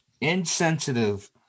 insensitive